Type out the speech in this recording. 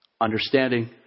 Understanding